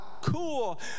cool